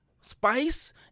spice